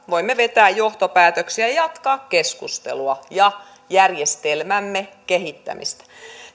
voimme vetää johtopäätöksiä ja jatkaa keskustelua ja järjestelmämme kehittämistä